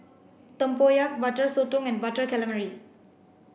Tempoyak butter Sotong and butter calamari